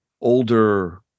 older